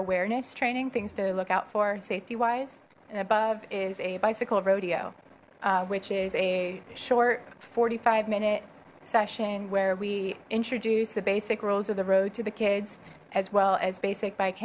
awareness training things to look out for safety wise and above is a bicycle rodeo which is a short forty five minute session where we introduce the basic rules of the road to the kids as well as basic bike